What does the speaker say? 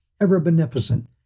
ever-beneficent